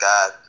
God